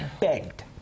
begged